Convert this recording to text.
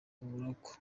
uburoko